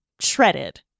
shredded